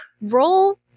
Roll